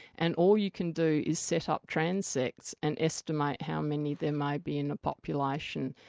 and all you can do is set up transects and estimate how many there may be in a population.